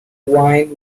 wine